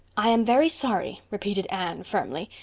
i am very sorry, repeated anne firmly,